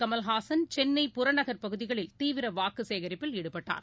கமல்ஹாசன் சென்னை புறநகர் பகுதிகளில் தீவிரவாக்குசேகரிப்பில் ஈடுபட்டார்